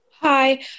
Hi